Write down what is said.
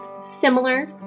similar